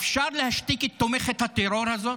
אפשר להשתיק את תומכת הטרור הזאת?